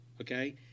okay